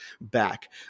back